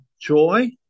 joy